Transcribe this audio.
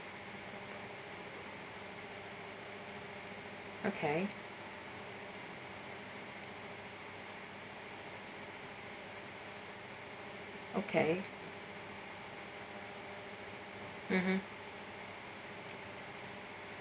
okay okay mmhmm